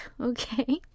okay